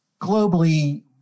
globally